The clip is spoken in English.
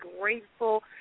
grateful